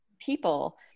people